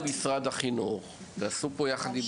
אז אני קורא פה למשרד החינוך, שתעשו ביחד עם